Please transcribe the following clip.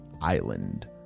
island